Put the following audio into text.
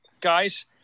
guys